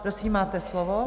Prosím, máte slovo.